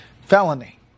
felony